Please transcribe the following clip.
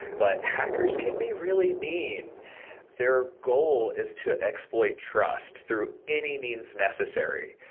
but hackers can be really mean their goal is to exploit trust through any means necessary.